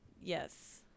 yes